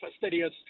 fastidious